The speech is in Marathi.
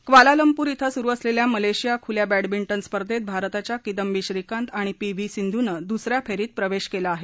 क्वालालंपूर इथं सुरू असलेल्या मलेशिया खुल्या बॅडमिंटन स्पधेंत भारताच्या किदम्बी श्रीकांत आणि पी व्ही सिंधू नं द्सऱ्या फेरीत प्रवेश केला आहे